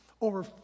over